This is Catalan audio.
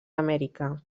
amèrica